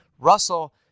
Russell